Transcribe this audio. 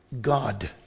God